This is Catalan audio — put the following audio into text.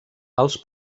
els